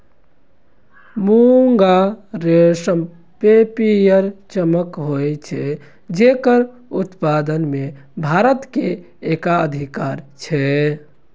मूंगा रेशम मे पीयर चमक होइ छै, जेकर उत्पादन मे भारत के एकाधिकार छै